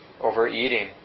overeating